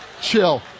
Chill